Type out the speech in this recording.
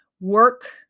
work